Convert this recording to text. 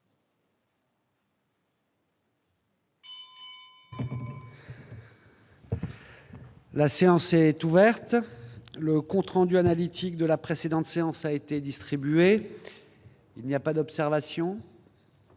La séance est ouverte. Le compte rendu analytique de la précédente séance a été distribué. Il n'y a pas d'observation ?